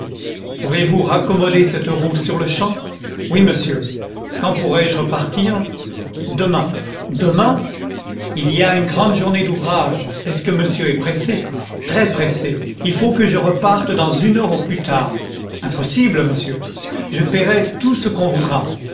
pouvez-vous raccommoder cette roue sur-le-champ oui monsieur quand pourrai-je repartir demain demain il y a une grande journée d'ouvrage est-ce que monsieur est pressé très pressé il faut que je reparte dans une heure au plus tard impossible monsieur je payerai tout ce qu'on voudra